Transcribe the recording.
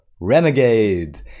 Renegade